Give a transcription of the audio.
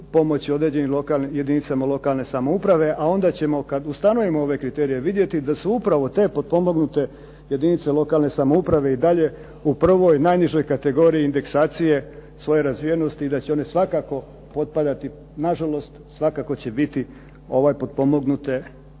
pomoći određenim jedinicama lokalne samouprave, a onda ćemo kad ustanovimo ove kriterije vidjeti da su upravo te potpomognute jedinice lokalne samouprave i dalje u prvoj najnižoj kategoriji indeksacije svoje razvijenosti i da će one svakako potpadati na žalost svakako će biti potpomognute i